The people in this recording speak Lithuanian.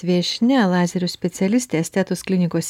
viešnia lazerių specialiste estetus klinikos